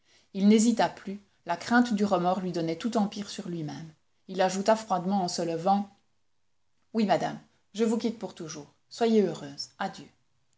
il n'hésita plus la crainte du remords lui donnait tout empire sur lui-même il ajouta froidement en se levant oui madame je vous quitte pour toujours soyez heureuse adieu